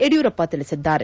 ಯಡಿಯೂರಪ್ಪ ತಿಳಿಸಿದ್ದಾರೆ